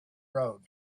road